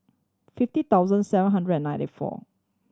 fifty thousand seven hundred and ninety four